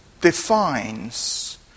defines